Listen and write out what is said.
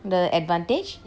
the advantage